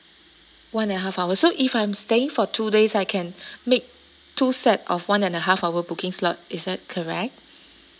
one and a half hour so if I'm staying for two days I can make two set of one and a half hour booking slot is that correct